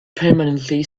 permanently